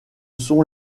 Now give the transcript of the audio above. sont